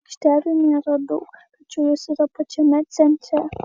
aikštelių nėra daug tačiau jos yra pačiame centre